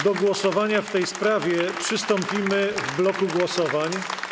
Do głosowania w tej sprawie przystąpimy w bloku głosowań.